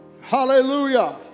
Hallelujah